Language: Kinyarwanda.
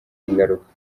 ingaruka